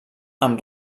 amb